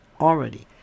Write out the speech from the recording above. already